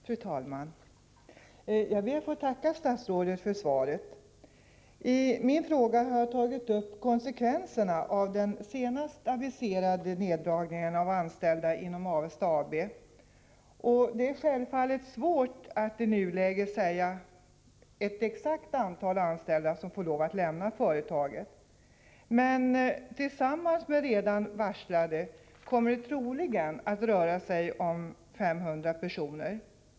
Fru talman! Jag ber att få tacka statsrådet för svaret. I min fråga har jag tagit upp konsekvenserna av den senast aviserade neddragningen av antalet anställda vid Avesta AB. Det är självfallet svårt att i nuläget exakt säga vilket antal anställda som får lov att lämna företaget, men tillsammans med de redan varslade kommer det troligen att röra sig om 500 personer.